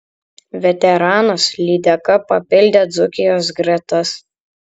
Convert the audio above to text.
veteranas lydeka papildė dzūkijos gretas